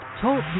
Talk